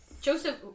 Joseph